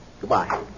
Goodbye